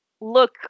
look